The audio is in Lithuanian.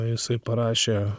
jisai parašė